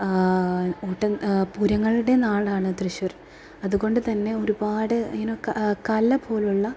ഓട്ട പൂരങ്ങളുടെ നാടാണ് തൃശ്ശൂർ അതുകൊണ്ടുതന്നെ ഒരുപാട് ഇങ്ങനെ കലപോലെയുള്ള